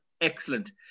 excellent